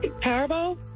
Parable